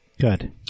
good